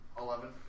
Eleven